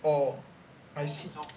oh I see